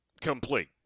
complete